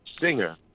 singer